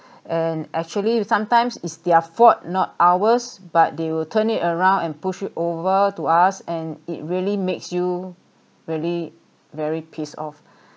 and actually sometimes it's their fault not ours but they will turn it around and push it over to us and it really makes you really very pissed off